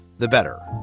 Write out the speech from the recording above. the better.